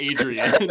Adrian